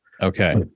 okay